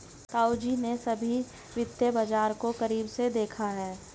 ताऊजी ने सभी वित्तीय बाजार को करीब से देखा है